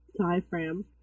Diaphragm